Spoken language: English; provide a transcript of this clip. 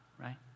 right